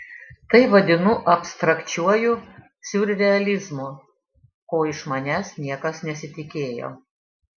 tai vadinu abstrakčiuoju siurrealizmu ko iš manęs niekas nesitikėjo